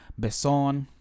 Besson